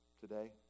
today